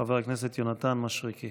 חבר הכנסת יונתן מישרקי.